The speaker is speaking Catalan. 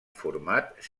format